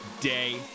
day